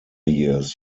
years